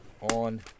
on